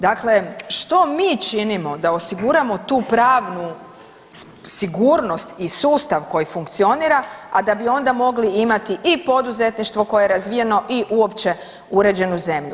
Dakle, što mi činimo da osiguramo tu pravnu sigurnost i sustav koji funkcionira, a da bi onda mogli imati i poduzetništvo koje je razvijeno i uopće uređenu zemlju.